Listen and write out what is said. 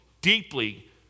deeply